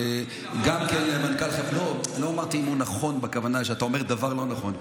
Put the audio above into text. לא אמרתי "אם זה נכון" בכוונה שאתה אומר דבר לא נכון.